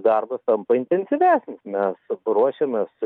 darbas tampa intensyvesnis mes ruošiamės